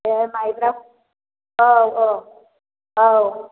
बे माइब्रा औ औ औ